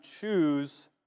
choose